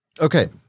Okay